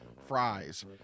fries